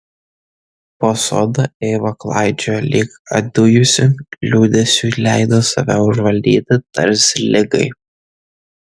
po sodą eiva klaidžiojo lyg apdujusi liūdesiui leido save užvaldyti tarsi ligai